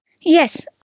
Yes